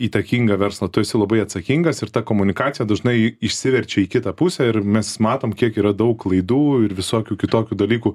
įtakingą verslą tu esi labai atsakingas ir ta komunikacija dažnai išsiverčia į kitą pusę ir mes matom kiek yra daug klaidų ir visokių kitokių dalykų